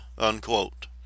unquote